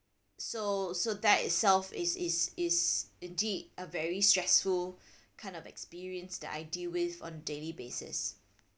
so so that itself is is is indeed a very stressful kind of experience that I deal with on daily basis